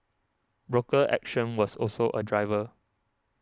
broker action was also a driver